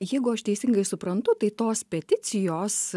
jeigu aš teisingai suprantu tai tos peticijos